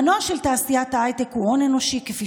המנוע של תעשיית ההייטק הוא הון אנושי כפי